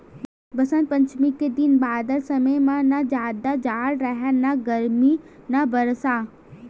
बसंत पंचमी के दिन बादर समे म न जादा जाड़ राहय न गरमी न बरसा